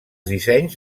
dissenys